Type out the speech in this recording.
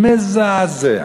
מזעזע.